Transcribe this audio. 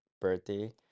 birthday